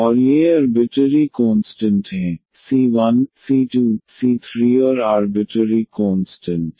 और ये arbitrary constant हैं c1c2c3 और आर्बिटरी कोंस्टंट